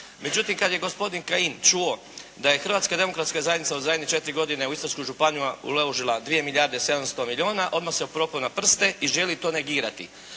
Međutim kad je gospodin Kajin čuo da je Hrvatska demokratska zajednica u zadnje 4 godine u Istarsku županiju uložila 2 milijarde 700 milijuna odmah se propeo na prste i želi to negirati.